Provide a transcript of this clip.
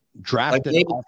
Drafted